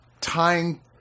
tying